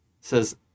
says